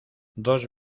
dos